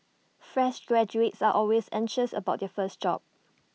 fresh graduates are always anxious about their first job